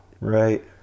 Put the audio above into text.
right